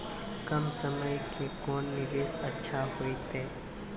कम समय के कोंन निवेश अच्छा होइतै?